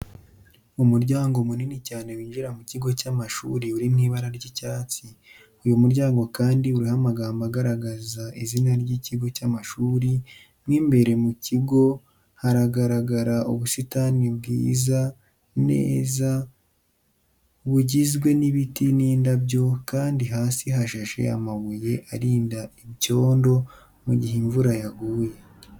Umuryango munini cyane winjira mu kigo cy'amashuri uri mu ibara ry'icyatsi. Uyu muryango Kandi, uriho amagambo agaragaza izina ry'iki kigo cy'amashuri, mo imbere mu kigo haragaragara ubusitani buza neza bugizwe n'ibiti n'indabyo, kandi hasi hashashe amabuye arinda icyondo mu gihe imvura yaguye.